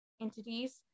entities